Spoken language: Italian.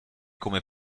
come